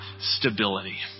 stability